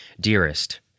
dearest